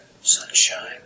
Sunshine